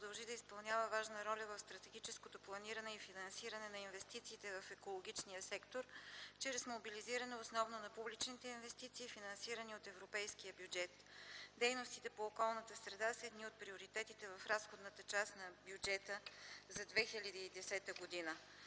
продължи да изпълнява важна роля в стратегическото планиране и финансиране на инвестициите в екологичния сектор чрез мобилизиране основно на публичните инвестиции, финансирани от европейския бюджет. Дейностите по опазване на околната среда са един от приоритетите в разходната част на бюджета за 2010 г.